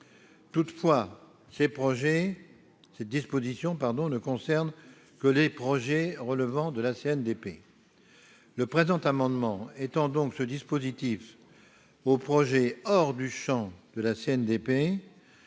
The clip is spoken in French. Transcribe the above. Toutefois, cette disposition ne concerne que les projets relevant de la CNDP. Le présent amendement étend donc ce dispositif au projet hors du champ